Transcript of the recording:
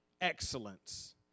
excellence